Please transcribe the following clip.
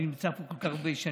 אני נמצא פה כל כך הרבה שנים.